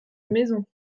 maison